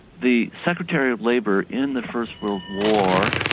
the secretary of labor in the first world war,